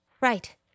Right